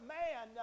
man